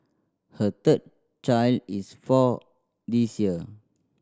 her third child is four this year